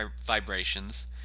vibrations